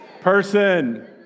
Person